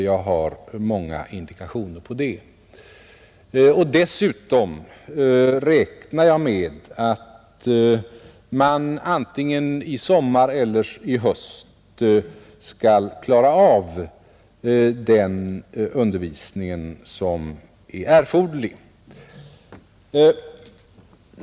Jag har många indikationer på det. Dessutom räknar jag med att man antingen i sommar eller i höst skall klara av den undervisning som är erforderlig.